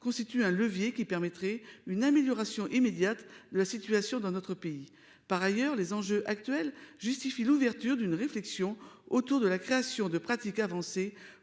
vers la France permettrait une amélioration immédiate de la situation dans notre pays. Par ailleurs, les enjeux actuels justifient l'ouverture d'une réflexion sur la création de pratiques avancées